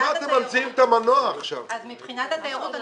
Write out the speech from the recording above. מבחינת התיירות,